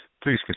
Please